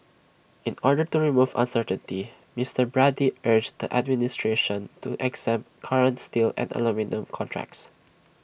in order to remove uncertainty Mister Brady urged the administration to exempt current steel and aluminium contracts